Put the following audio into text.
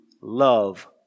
love